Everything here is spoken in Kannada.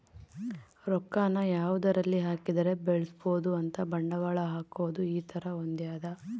ರೊಕ್ಕ ನ ಯಾವದರಲ್ಲಿ ಹಾಕಿದರೆ ಬೆಳ್ಸ್ಬೊದು ಅಂತ ಬಂಡವಾಳ ಹಾಕೋದು ಈ ತರ ಹೊಂದ್ಯದ